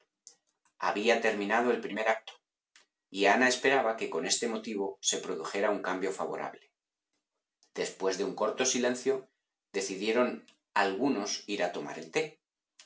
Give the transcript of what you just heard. había terminado el primer acto y ana esperaba que con este motivo se produjera un cambio favorable después de un corto silencio decidieron algunos ir a tomar el té